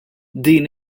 din